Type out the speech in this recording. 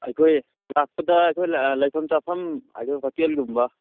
ꯑꯩꯈꯣꯏ ꯂꯥꯛꯄꯗ ꯑꯩꯈꯣꯏ ꯑꯥ ꯂꯩꯐꯝ ꯆꯥꯐꯝ ꯍꯥꯏꯗꯤ ꯍꯣꯁꯇꯦꯜꯒꯨꯝꯕ